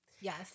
Yes